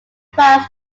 france